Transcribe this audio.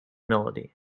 melody